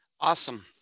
Awesome